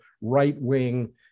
right-wing